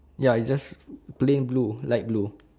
ya is just plain blue light blue